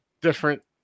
different